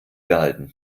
behalten